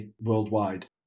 worldwide